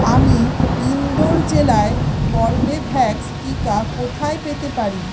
আমি ইন্দোর জেলায় কর্বেভ্যাক্স টিকা কোথায় পেতে পারি